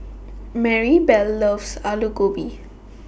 Maribel loves Alu Gobi